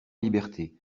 liberté